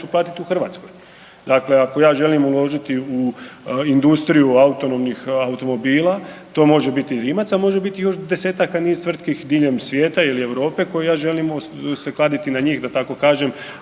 u Hrvatskoj. Dakle, ako ja želim uložiti u industriju automobila, to može bit i Rimac, a može biti još 10-taka niza tvrtki diljem svijeta ili Europe koji ja želim se kladiti na njih da tako kažem